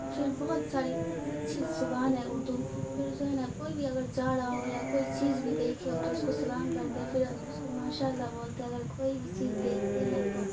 پھر بہت ساری اچھی زبان ہے اردو پھر جو ہے نا کوئی بھی اگر جا رہا ہو یا کوئی چیز بھی دیکھے ہو تو اس کو سلام کرتے ہیں پھر اس کو ماشاء اللہ بولتے ہیں اگر کوئی بھی چیز دیکھتے ہیں تو